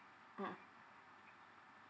mmhmm